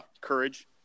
Courage